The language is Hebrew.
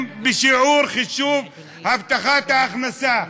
אם בשיעור חישוב הבטחת ההכנסה,